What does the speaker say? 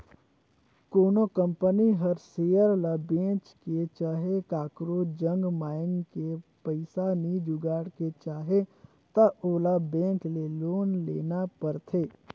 कोनो कंपनी हर सेयर ल बेंच के चहे काकरो जग मांएग के पइसा नी जुगाड़ के चाहे त ओला बेंक ले लोन लेना परथें